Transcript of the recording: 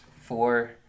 four